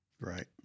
Right